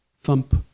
thump